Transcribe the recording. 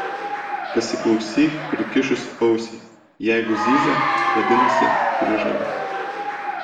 pasiklausyk prikišusi ausį jeigu zyzia vadinasi prižada